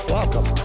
Welcome